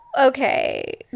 Okay